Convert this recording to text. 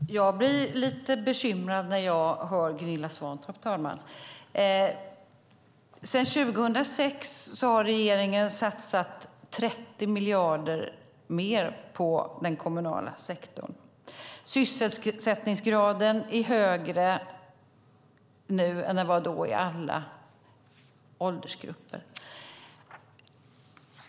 Fru talman! Jag blir lite bekymrad när jag lyssnar på Gunilla Svantorp. Sedan 2006 har regeringen satsat 30 miljarder mer på den kommunala sektorn. Sysselsättningsgraden är högre nu än då i alla åldersgrupper.